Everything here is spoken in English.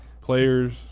players